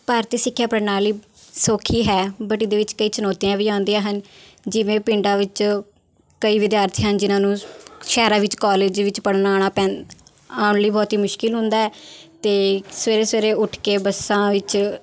ਭਾਰਤੀ ਸਿੱਖਿਆ ਪ੍ਰਣਾਲੀ ਸੌਖੀ ਹੈ ਬਟ ਇਹਦੇ ਵਿੱਚ ਕਈ ਚੁਣੌਤੀਆਂ ਵੀ ਆਉਂਦੀਆਂ ਹਨ ਜਿਵੇਂ ਪਿੰਡਾਂ ਵਿੱਚ ਕਈ ਵਿਦਿਆਰਥੀ ਹਨ ਜਿਹਨਾਂ ਨੂੰ ਸ਼ਹਿਰਾਂ ਵਿੱਚ ਕੋਲਜ ਵਿੱਚ ਪੜ੍ਹਨ ਆਉਣਾ ਪੈਂ ਆਉਣ ਲਈ ਬੜੀ ਮੁਸ਼ਕਿਲ ਹੁੰਦਾ ਅਤੇ ਸਵੇਰੇ ਸਵੇਰੇ ਉੱਠ ਕੇ ਬੱਸਾਂ ਵਿੱਚ